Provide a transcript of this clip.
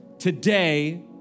today